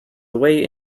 away